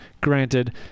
granted